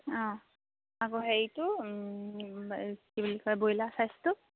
অঁ আকৌ হেৰিটো কি বুলি কয় ব্ৰইলাৰ চাইজটো